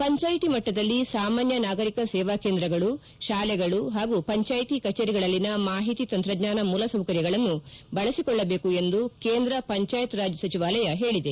ಪಂಚಾಯಿತಿ ಮಟ್ಟದಲ್ಲಿ ಸಾಮಾನ್ಯ ನಾಗರೀಕ ಸೇವಾ ಕೇಂದ್ರಗಳು ಶಾಲೆಗಳು ಹಾಗೂ ಪಂಚಾಯಿತಿ ಕಚೇರಿಗಳಲ್ಲಿನ ಮಾಹಿತಿ ತಂತ್ರಜ್ಞಾನ ಮೂಲಸೌಕರ್ಯಗಳನ್ನು ಬಳಸಿಕೊಳ್ಳಬೇಕು ಎಂದು ಕೇಂದ್ರ ಪಂಚಾಯತ್ ರಾಜ್ ಸಚಿವಾಲಯ ಹೇಳಿದೆ